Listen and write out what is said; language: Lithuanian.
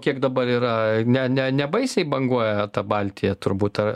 kiek dabar yra ne ne nebaisiai banguoja ta baltija turbūt ar